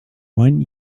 want